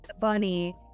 bunny